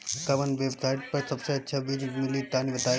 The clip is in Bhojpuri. कवन वेबसाइट पर सबसे अच्छा बीज मिली तनि बताई?